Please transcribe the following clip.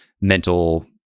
mental